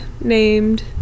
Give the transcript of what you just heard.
named